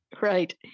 Right